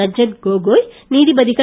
ரஞ்சன் கோகோய் நீதிபதிகள்